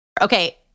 okay